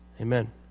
amen